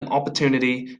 opportunity